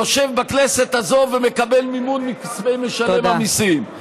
יושב בכנסת הזאת ומקבל מימון מכספי משלם המיסים.